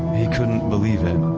he couldn't believe it.